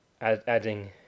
adding